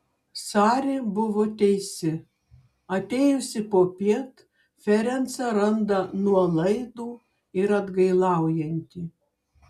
sari buvo teisi atėjusi popiet ferencą randa nuolaidų ir atgailaujantį